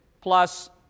Plus